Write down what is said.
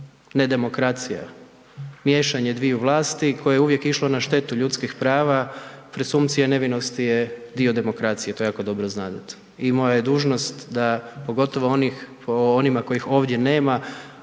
ne demokracija, miješanje dviju vlasti koje je uvijek išlo na štetu ljudskih prava. Presumpcije nevinosti je dio demokracije, to jako dobro znadete i moja je dužnost da pogotovo o onima kojih ovdje nema,